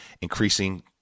increasing